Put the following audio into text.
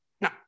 No